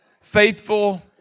faithful